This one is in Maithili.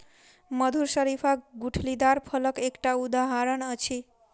मधुर शरीफा गुठलीदार फलक एकटा उदहारण अछि